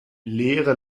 leere